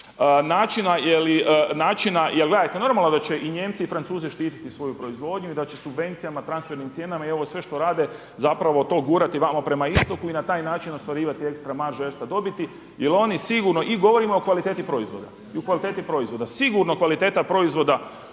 načina jel gledajte, normalno da će i Nijemci i Francuzi štititi svoju proizvodnju i de će subvencijama i transfernim cijenama i ovo sve što rade gurati to vamo prema istoku i na taj način ostvarivati ekstra maržu i ekstra dobiti jel oni sigurno i govorimo o kvaliteti proizvoda. Sigurno kvaliteta proizvoda